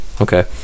Okay